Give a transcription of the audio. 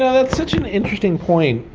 yeah that's such an interesting point.